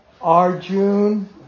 Arjun